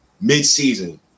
mid-season